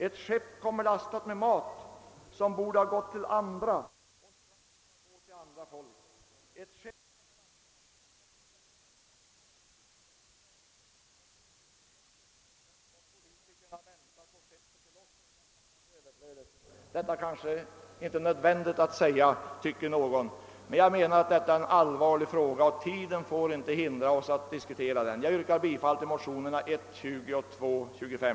Ett skepp kommer lastat med mat som borde gått till andra och strax skall gå till andra folk. Ett skepp kommer lastat — det borde komma från Sverige till en svulten värld. Men jordbruksutskottet och politikerna väntar på skeppet till oss, till överflödet. Detta är kanske inte nödvändigt att säga, tycker någon. Men jag menar att detta är en allvarlig fråga och att tiden inte får hindra oss från att diskutera den. Jag ber att få yrka bifall till motionerna I:20 och II: 25.